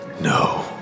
No